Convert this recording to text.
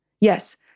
Yes